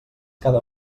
cada